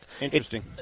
Interesting